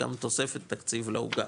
גם תוספת תקציב לעוגה,